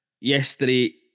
Yesterday